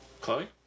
Chloe